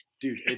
Dude